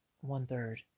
one-third